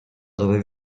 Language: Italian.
dove